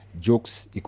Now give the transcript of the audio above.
jokes